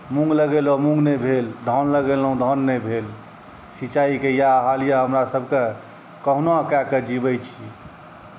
मूँग लगेलहुँ मूँग नहि भेल धान लगेलहुँ धान नहि भेल सिँचाइके इएह हाल अइ हमरासबके कहुना कऽ कऽ जिवै छी